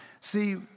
See